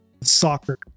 soccer